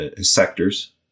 sectors